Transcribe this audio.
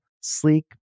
sleek